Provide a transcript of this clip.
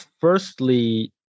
firstly